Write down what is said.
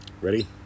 Ready